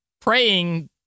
praying